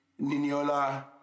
Niniola